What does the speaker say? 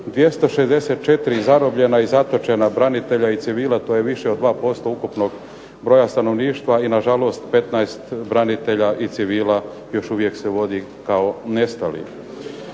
264 zarobljena i zatočena branitelja i civila, to je više od 2% ukupnog broja stanovništva i na žalost 15 branitelja i civila još uvijek se vodi kao nestali.